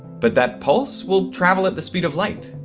but that pulse will travel at the speed of light,